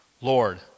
Lord